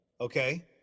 Okay